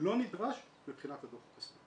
לא נדרש מבחינת הדוח הכספי.